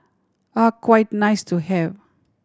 are quite nice to have